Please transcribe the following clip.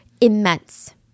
immense